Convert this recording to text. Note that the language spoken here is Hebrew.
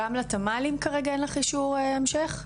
גם לתמ"לים כרגע, אין לך אישור המשך?